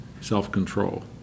self-control